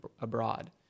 abroad